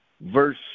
verse